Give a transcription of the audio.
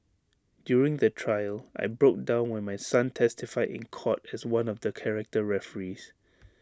during the trial I broke down when my son testified in court as one of the character referees